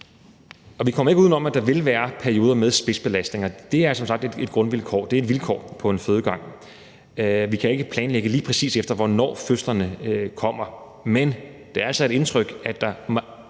Vi kommer ikke uden om, at der vil være perioder med spidsbelastninger, for det er som sagt et grundvilkår, det er et vilkår på en fødegang. Vi kan ikke planlægge lige præcis efter, hvornår fødslerne kommer, men det er altså indtrykket, at der